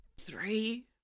three